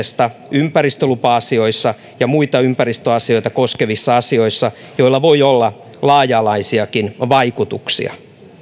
ympäristölupa asioita tai muita ympäristöasioita koskevissa asioissa joilla voi olla laaja alaisiakin vaikutuksia